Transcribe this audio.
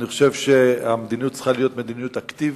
אני חושב שהמדיניות צריכה להיות מדיניות אקטיבית,